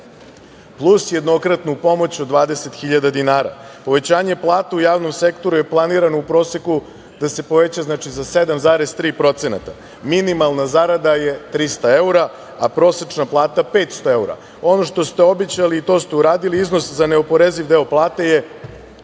plus jednokratnu pomoć od 20.000 dinara, Povećanje plata u javnom sektoru je planirano u proseku da se poveća za 7,3%. Minimalna zarada je 300 eura, a prosečna plata 500 evra. Ono što ste obećali, to ste i uradili, iznos za neoporezivi deo plate je